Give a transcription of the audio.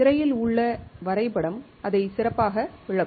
திரையில் உள்ள வரைபடம் அதை சிறப்பாக விளக்கும்